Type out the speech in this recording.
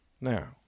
Now